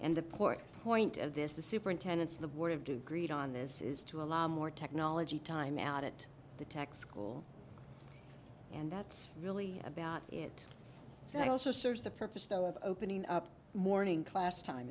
and the port point of this the superintendents the board of do greet on this is to allow more technology time out at the tech school and that's really about it so i also serves the purpose of opening up morning class time